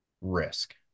risk